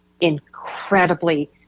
incredibly